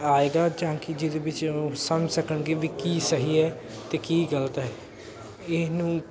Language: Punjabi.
ਆਏਗਾ ਜਾਂ ਕਿ ਜਿਹਦੇ ਵਿੱਚ ਉਹ ਸਮਝ ਸਕਣਗੇ ਵੀ ਕੀ ਸਹੀ ਹੈ ਅਤੇ ਕੀ ਗਲਤ ਹੈ ਇਹਨੂੰ